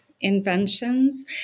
inventions